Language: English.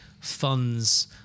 funds